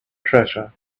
treasure